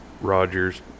Rogers